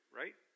right